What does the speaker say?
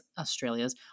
Australia's